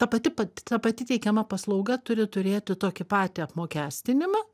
ta pati pati ta pati teikiama paslauga turi turėti tokį patį apmokestinimą